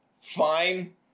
fine